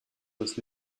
with